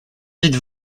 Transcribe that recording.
dites